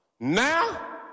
Now